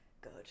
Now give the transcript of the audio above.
Good